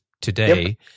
today